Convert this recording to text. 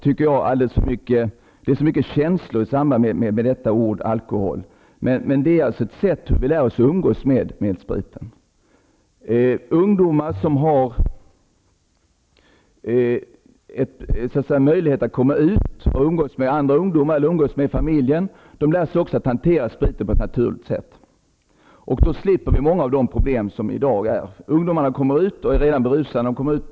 Det finns så mycket känslor med i samband med ordet alkohol, men det här är ett sätt att lära sig att umgås med spriten. Ungdomar som har möjlighet att i utelivet umgås med andra ungdomar eller med familjen lär sig också att hantera spriten på ett naturligt sätt. Vi slipper då många av dagens problem som att ungdomar kommer ut till dansstället redan berusade.